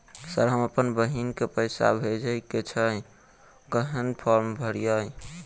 Sir हम अप्पन बहिन केँ पैसा भेजय केँ छै कहैन फार्म भरीय?